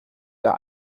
der